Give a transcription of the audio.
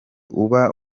uba